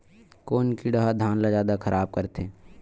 कोन कीड़ा ह धान ल जादा खराब करथे?